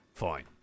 Fine